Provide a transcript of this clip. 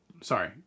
Sorry